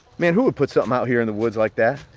man who would put something out here in the woods like that?